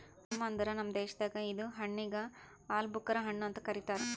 plum ಅಂದುರ್ ನಮ್ ದೇಶದಾಗ್ ಇದು ಹಣ್ಣಿಗ್ ಆಲೂಬುಕರಾ ಹಣ್ಣು ಅಂತ್ ಕರಿತಾರ್